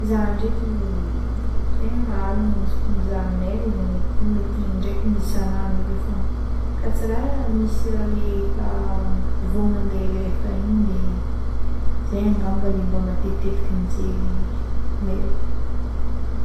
Zah ndraiky tegna mahalagna izy koa mizaha mail edy mety indraiky isanandro akeo fogna ka tsy raha misy le efa vognono ande alefa igny de zay angamba le matetitetika mijery mail.